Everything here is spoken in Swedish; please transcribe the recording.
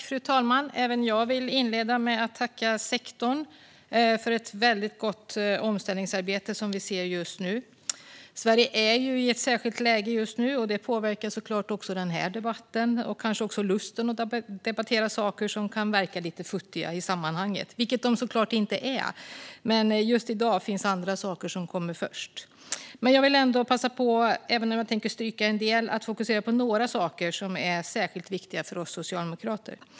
Fru talman! Även jag vill inleda med att tacka sektorn för ett mycket gott omställningsarbete som vi ser just nu. Sverige är i ett särskilt läge, och det påverkar såklart även denna debatt och kanske också lusten att debattera saker som kan verka lite futtiga i sammanhanget, vilket de såklart inte är. Men just i dag finns det andra saker som kommer först. Jag tänker fokusera på några saker som är särskilt viktiga för oss socialdemokrater.